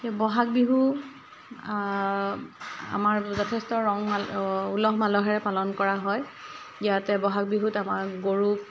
সেই বহাগ বিহু আমাৰ যথেষ্ট ৰং ওলহ মালহেৰে পালন কৰা হয় ইয়াতে বহাগ বিহুত আমাৰ গৰু